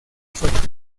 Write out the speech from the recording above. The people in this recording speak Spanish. sólidas